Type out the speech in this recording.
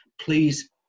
please